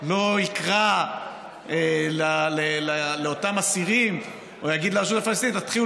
לא יקרא לאותם אסירים או יגיד לרשות הפלסטינית: תתחילו